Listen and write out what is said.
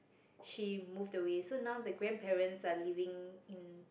she moved away so now the grandparents are living in